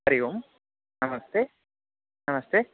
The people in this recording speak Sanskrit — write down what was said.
हरिः ओम् नमस्ते नमस्ते